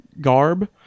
garb